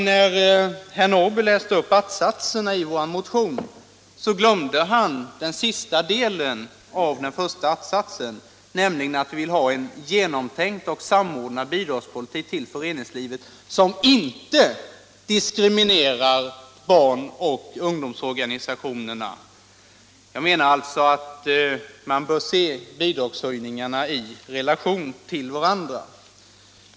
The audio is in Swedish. När herr Norrby läste upp att-satserna i vår motion glömde han den sista delen av den första att-satsen, nämligen att vi vill ha en genomtänkt och samordnad bidragspolitik till föreningslivet som inte diskriminerar barn och ungdomsorganisationerna. Jag anser således att man bör se bidragshöjningarna i relation till varandra.